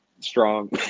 strong